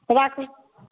तब राखू